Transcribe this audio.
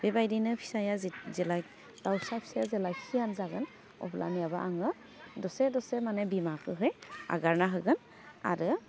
बेबायदिनो फिसाया जे जेला दाउसा फिसाया जेला सियान जागोन अब्लानियाबो आङो दसे दसे माने बिमाखोहै आगारना होगोन आरो